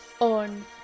on